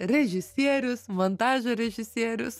režisierius montažo režisierius